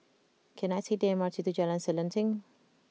can I take the M R T to Jalan Selanting